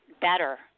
better